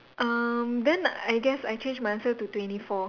um then I guess I change my answer to twenty four